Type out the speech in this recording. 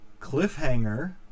Cliffhanger